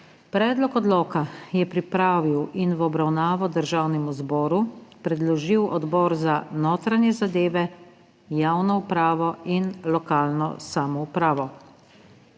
Predlog odloka je pripravil in v obravnavo Državnemu zboru predložil Odbor za notranje zadeve, javno upravo in lokalno samoupravo.